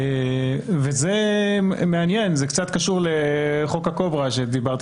וזה מעניין זה קצת קשור ל"חוק הקוברה" שדיברתי